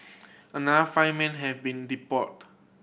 another five men have been deported